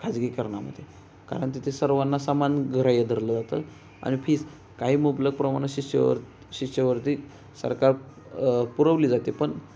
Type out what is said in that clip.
खाजगीकरणामध्ये कारण तिथे सर्वांना समान ग्राह्य धरलं जातं आणि फीज काही मुबलक प्रमाणात शिष्यव शिष्यवृत्ती सरकार पुरवली जाते पण